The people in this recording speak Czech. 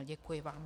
Děkuji vám.